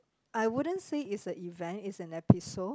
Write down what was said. I wouldn't say it's a event it's an episode